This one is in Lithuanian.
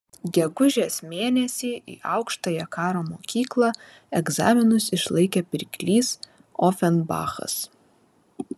gegužės mėnesį į aukštąją karo mokyklą egzaminus išlaikė pirklys ofenbachas